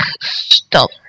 stop